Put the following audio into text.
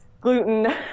Gluten